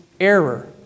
error